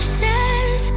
says